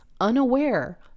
unaware